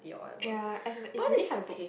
ya as in like it's really hard to book